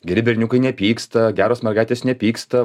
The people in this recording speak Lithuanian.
geri berniukai nepyksta geros mergaitės nepyksta